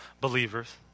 believers